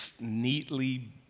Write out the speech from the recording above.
neatly